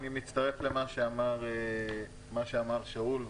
א', אני מצטרף למה שאמר שאול.